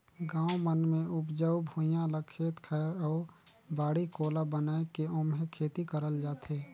गाँव मन मे उपजऊ भुइयां ल खेत खायर अउ बाड़ी कोला बनाये के ओम्हे खेती करल जाथे